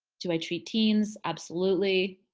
do i treat teens? absolutely,